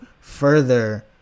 further